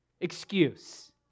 excuse